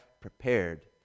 prepared